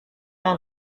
yang